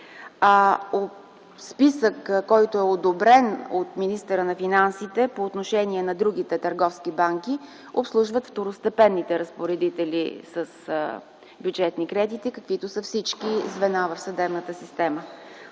По списък, одобрен от министъра на финансите, по отношение на другите търговски банки се обслужват второстепенните разпоредители с бюджетни кредити, каквито са всички звена в съдебната система.